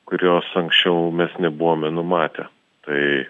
kurios anksčiau mes nebuvome numatę tai